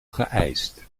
geëist